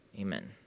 Amen